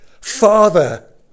father